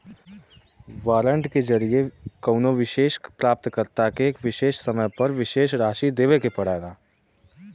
warrant के जरिये कउनो विशेष प्राप्तकर्ता के एक विशेष समय पर विशेष राशि देवे के पड़ला